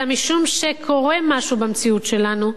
אלא משום שקורה משהו במציאות שלנו,